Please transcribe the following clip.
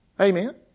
Amen